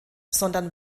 sondern